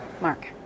Mark